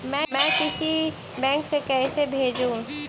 मैं किसी बैंक से कैसे भेजेऊ